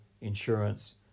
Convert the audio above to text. insurance